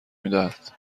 میدهد